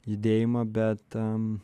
judėjimą bet